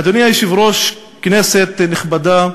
אדוני היושב-ראש, כנסת נכבדה,